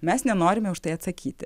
mes nenorime už tai atsakyti